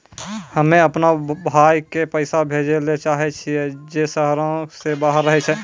हम्मे अपनो भाय के पैसा भेजै ले चाहै छियै जे शहरो से बाहर रहै छै